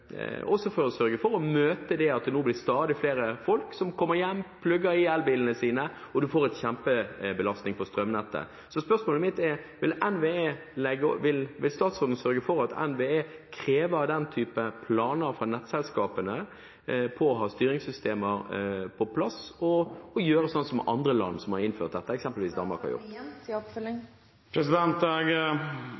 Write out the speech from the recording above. å møte det at det nå blir stadig flere folk som kommer hjem, plugger i elbilene sine og skaper en kjempebelastning på strømnettet. Så spørsmålet mitt er: Vil statsråden sørge for at NVE krever planer fra nettselskapene om å ha styringssystemer på plass og gjøre som i andre land som har innført dette, f.eks. Danmark?